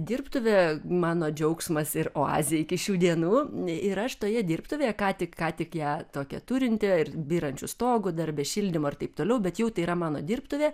dirbtuvė mano džiaugsmas ir oazė iki šių dienų nei ir aš toje dirbtuvėje ką tik ką tik ją tokią turinti ir byrančiu stogu dar be šildymo ir taip toliau bet jau tai yra mano dirbtuvė